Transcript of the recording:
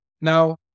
Now